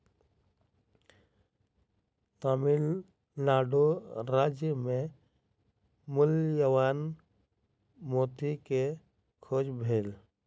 तमिल नाडु राज्य मे मूल्यवान मोती के खोज भेल